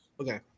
Okay